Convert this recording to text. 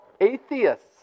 atheists